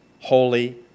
holy